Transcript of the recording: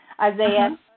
Isaiah